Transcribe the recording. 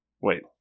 Wait